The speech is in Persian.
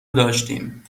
داشتیم